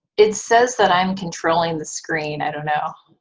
it says that i'm controlling the screen, i don't know,